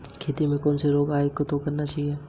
खेत में कोई रोग आये तो क्या करना चाहिए?